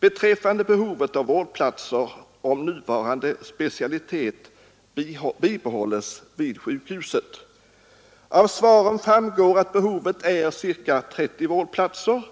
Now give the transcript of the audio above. beträffande behovet av vårdplatser, om nuvarande specialitet bibehålls vid sjukhuset. Av svaren framgår att behovet är ca 30 vårdplatser,